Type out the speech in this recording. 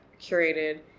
curated